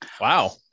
Wow